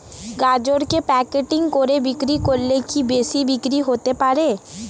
গাজরকে প্যাকেটিং করে বিক্রি করলে কি বেশি বিক্রি হতে পারে?